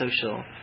social